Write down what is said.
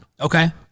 Okay